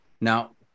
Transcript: Now